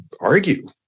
argue